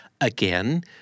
again